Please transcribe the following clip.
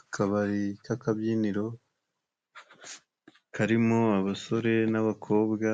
Akabari k'akabyiniro karimo abasore n'abakobwa